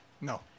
No